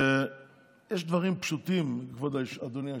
ויש דברים פשוטים, אדוני היושב-ראש.